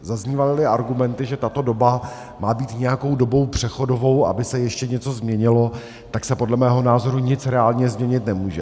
Zaznívaly argumenty, že tato doba má být nějakou dobou přechodovou, aby se ještě něco změnilo, tak podle mého názoru se nic reálně změnit nemůže.